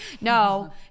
no